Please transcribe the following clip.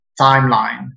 timeline